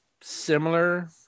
similar